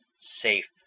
safe